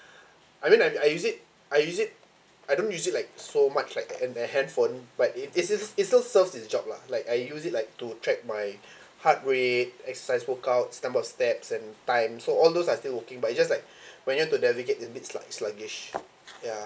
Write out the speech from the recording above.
I mean I I use it I use it I don't use it like so much like and the handphone but it it's it's it's still serves it's job lah like I use it like to track my heart rate exercise workout s~ number of steps and time so all those are still working but it's just like when you want to navigate a bit like sluggish ya